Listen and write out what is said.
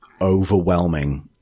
overwhelming